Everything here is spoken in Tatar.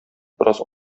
бераз